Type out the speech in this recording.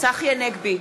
צחי הנגבי,